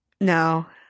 No